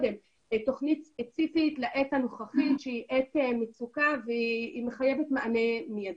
תוכנית ספציפית לעת הנוכחית שהיא עת מצוקה והיא מחייבת מענה מיידי.